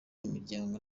imiryango